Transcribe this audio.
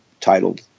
titled